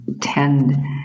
tend